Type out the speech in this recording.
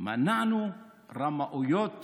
מנענו רמאויות